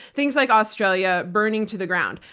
things like australia burning to the ground.